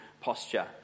posture